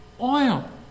Oil